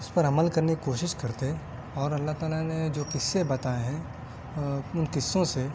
اس پر عمل کرنے کی کوشش کرتے اور اللّہ تعالیٰ نے جو قصّے بتائے ہیں ان قصّوں سے